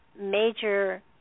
major